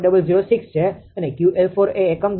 006 છે અને 𝑄𝐿4એકમ દીઠ 0